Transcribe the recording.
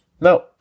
no